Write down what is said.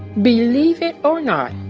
believe it or not,